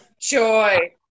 joy